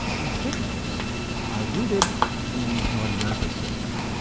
these signals are rooted in your nervous system,